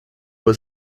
was